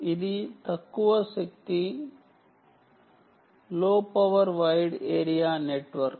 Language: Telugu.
ఇది తక్కువ శక్తి లో పవర్ వైడ్ ఏరియా నెట్వర్క్